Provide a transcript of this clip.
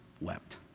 wept